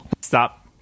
stop